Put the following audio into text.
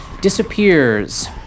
Disappears